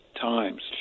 times